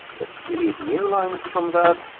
let's delete newlines from that.